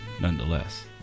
nonetheless